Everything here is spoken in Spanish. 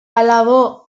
alabó